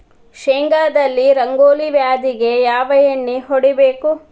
ಶೇಂಗಾದಲ್ಲಿ ರಂಗೋಲಿ ವ್ಯಾಧಿಗೆ ಯಾವ ಎಣ್ಣಿ ಹೊಡಿಬೇಕು?